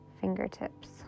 fingertips